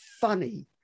funny